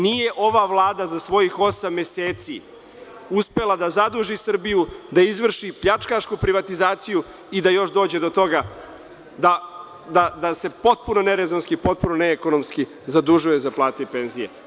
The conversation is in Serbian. Nije ova Vlada za svojih osam meseci uspela da zaduži Srbiju, da izvrši pljačkašku privatizaciju i da još dođe do toga da se potpuno nerezonski i potpuno neekonomski zadužuje za plate i penzije.